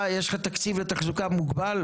יש לך תקציב מוגבל לתחזוקה?